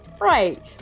Right